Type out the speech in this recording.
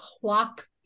clock